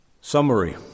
Summary